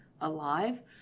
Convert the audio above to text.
alive